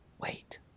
Wait